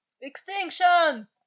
Extinction